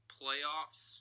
playoffs